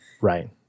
Right